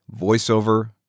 voiceover